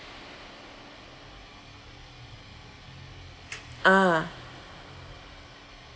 ah